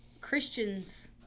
Christians